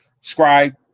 scribe